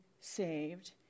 saved